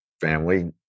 family